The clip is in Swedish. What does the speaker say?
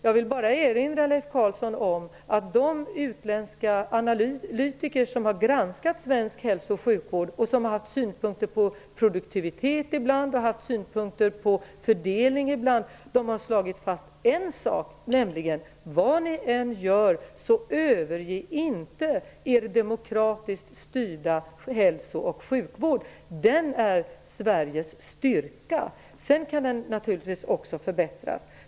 Jag vill bara erinra Leif Carlson om att de utländska analytiker som har granskat svensk hälsooch sjukvård och som ibland har haft synpunkter på produktivitet och ibland på fördelning har slagit fast en sak, nämligen följande: Vad ni än gör, så överge inte er demokratiskt styrda hälso och sjukvård! Den är Sveriges styrka. Men den kan naturligtvis också förbättras.